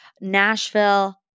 Nashville